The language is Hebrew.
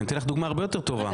אני אתן לך דוגמה יותר טובה,